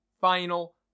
final